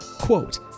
Quote